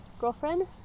girlfriend